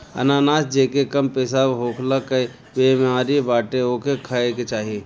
अनानास जेके कम पेशाब होखला कअ बेमारी बाटे ओके खाए के चाही